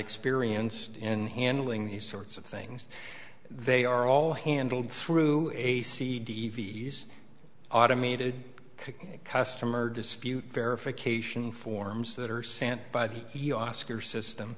experienced in handling these sorts of things they are all handled through a c d e v's automated customer dispute verification forms that are sent by the he oscar system